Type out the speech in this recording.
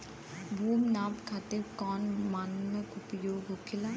भूमि नाप खातिर कौन मानक उपयोग होखेला?